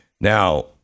Now